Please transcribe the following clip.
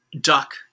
duck